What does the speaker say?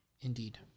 Indeed